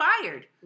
fired